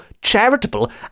charitable